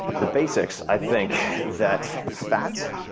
the basics, i think that fat,